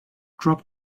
drop